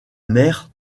mère